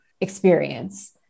experience